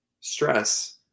stress